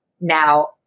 Now